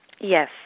yes